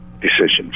decisions